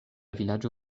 vilaĝo